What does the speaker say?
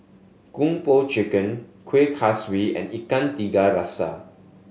Kung Po Chicken Kuih Kaswi and Ikan Tiga Rasa